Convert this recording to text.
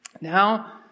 Now